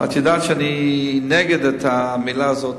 את יודעת שאני נגד הביטוי הזה,